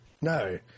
no